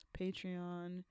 patreon